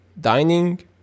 dining